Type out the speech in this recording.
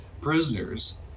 prisoners